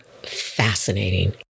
fascinating